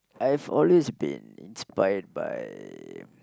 I've always been inspired by